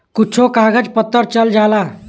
कुच्छो कागज पत्तर चल जाला